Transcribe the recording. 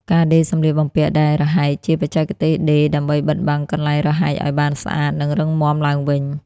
ការដេរសំលៀកបំពាក់ដែលរហែកជា បច្ចេកទេសដេរដើម្បីបិទបាំងកន្លែងរហែកឱ្យបានស្អាត និងរឹងមាំឡើងវិញ។